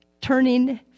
turning